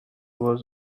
was